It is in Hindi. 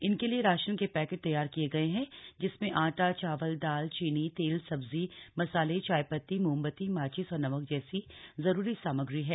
इनके लिए राशन के पैकेट तैयार किये गए हैं जिसमें आटा चावल दाल चीनी तेल सब्जी मसाले चायपत्ती मोमबत्ती माचिस और नमक जैसी जरूरी सामग्री है